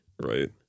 right